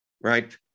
right